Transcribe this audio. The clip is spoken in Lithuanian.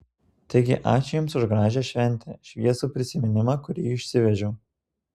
taigi ačiū jums už gražią šventę šviesų prisiminimą kurį išsivežiau